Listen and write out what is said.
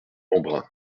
embrun